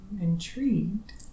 intrigued